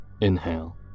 Inhale